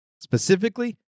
Specifically